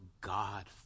God